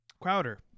Crowder